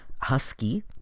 Husky